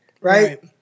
Right